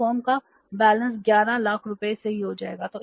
तो फर्म का बैलेंस 11 लाख रुपये सही हो जाएगा